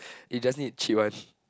eh just need cheap [one]